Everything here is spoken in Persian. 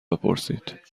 بپرسید